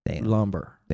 lumber